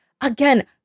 again